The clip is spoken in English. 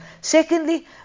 Secondly